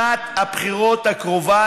שנת הבחירות הקרובה,